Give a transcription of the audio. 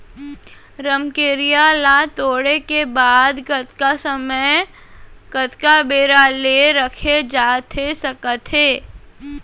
रमकेरिया ला तोड़े के बाद कतका समय कतका बेरा ले रखे जाथे सकत हे?